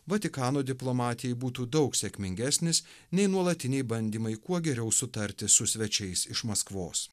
vatikano diplomatijai būtų daug sėkmingesnis nei nuolatiniai bandymai kuo geriau sutarti su svečiais iš maskvos